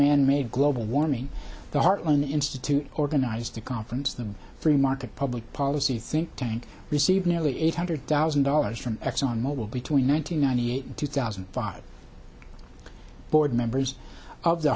manmade global warming the heartland institute organized the conference the free market public policy think tank received nearly eight hundred thousand dollars from exxon mobil between one thousand nine hundred eight and two thousand and five board members of the